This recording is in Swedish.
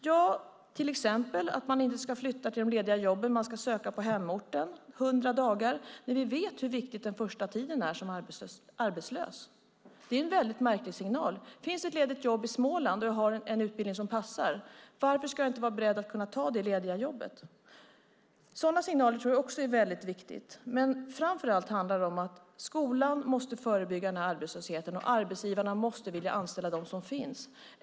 Jo, till exempel att man inte ska flytta till de lediga jobben utan söka på hemorten 100 dagar, när vi vet hur viktigt den första tiden är som arbetslös. Det är en mycket märklig signal. Finns det ett ledigt jobb i Småland och jag har en utbildning som passar, varför ska jag inte vara beredd att ta det lediga jobbet? Sådana signaler tror jag är väldigt viktiga. Men framför allt handlar det om att skolan måste förebygga arbetslösheten och att arbetsgivarna måste vilja anställa dem som finns.